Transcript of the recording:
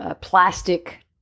plastic